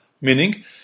meaning